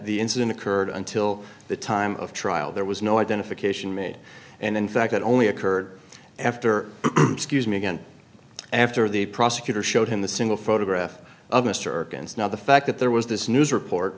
the incident occurred until the time of trial there was no identification made and in fact it only occurred after me again after the prosecutor showed him the single photograph of mr gans now the fact that there was this news report